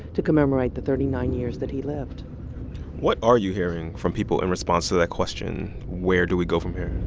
to commemorate the thirty nine years that he lived what are you hearing from people in response to that question where do we go from here?